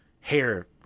hair